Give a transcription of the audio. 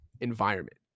environment